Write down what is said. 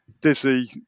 dizzy